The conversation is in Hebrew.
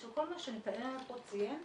של כל מה שנתנאל פה ציין,